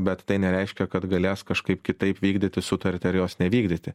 bet tai nereiškia kad galės kažkaip kitaip vykdyti sutartį ar jos nevykdyti